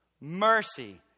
Mercy